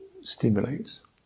stimulates